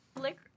Liquor